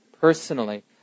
personally